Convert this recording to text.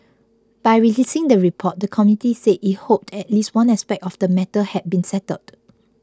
by releasing the report the committee said it hoped at least one aspect of the matter had been settled